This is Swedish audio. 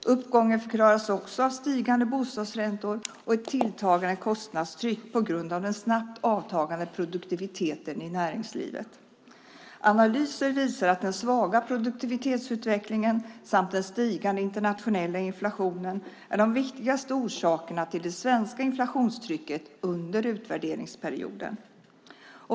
Uppgången förklaras också av stigande bostadsräntor och ett tilltagande kostnadstryck på grund av den snabbt avtagande produktiviteten i näringslivet. Analyser visar att den svaga produktivitetsutvecklingen samt den stigande internationella inflationen är de viktigaste orsakerna till det svenska inflationstrycket under utvärderingsperioden.